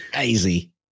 Easy